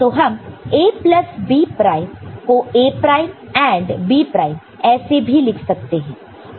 तो हम A plus B prime को A prime AND B prime ऐसे भी लिख सकते हैं